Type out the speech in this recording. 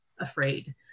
afraid